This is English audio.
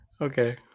Okay